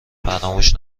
فراموش